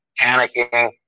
panicking